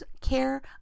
care